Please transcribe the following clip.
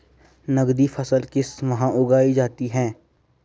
नकदी फसल किस माह उगाई जाती है?